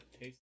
taste